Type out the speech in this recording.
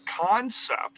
concept